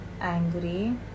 angry